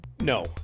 no